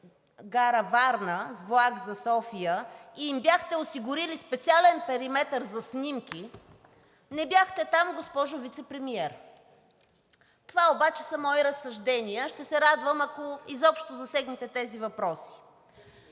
гара Варна за София и им бяхте осигурили специален периметър за снимки, не бяхте там, госпожо Вицепремиер. Това обаче са мои разсъждения. Ще се радвам, ако изобщо засегнете тези въпроси.